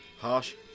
Harsh